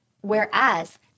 Whereas